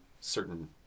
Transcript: certain